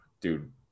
Dude